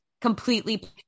completely